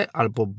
albo